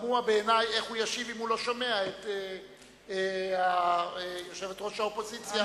תמוה בעיני איך הוא ישיב אם הוא לא שומע את יושבת-ראש האופוזיציה.